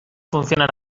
funciona